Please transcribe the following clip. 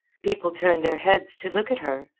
people turned their heads to look at her,